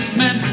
men